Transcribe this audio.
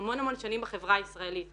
לא כל עמותה שרלטנית יכולה להיכנס לבית הספר.